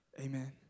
Amen